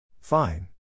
Fine